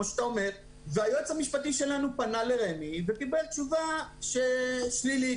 היועץ המשפטי שלנו פנה לרמ"י וקיבל תשובה שלילית,